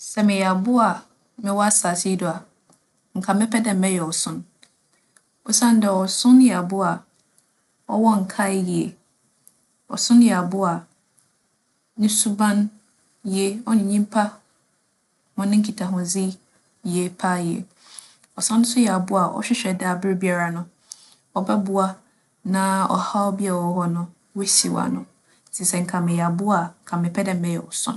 Sɛ meyɛ abowa a mowͻ asaase yi do a, nka mɛpɛ dɛ mɛyɛ ͻson osiandɛ ͻson yɛ abowa a ͻwͻ nkaa yie. ͻson yɛ abowa a no suban ye, ͻnye nyimpa hͻn nkitahodzi ye paa yie. ͻsan so yɛ abowa a ͻhwehwɛ dɛ aberbiara no, ͻbͻboa na ͻhaw biara a ͻwͻ hͻ no, oesiw ano. Ntsi sɛ nka meyɛ abowa a nka mepɛ dɛ meyɛ ͻson.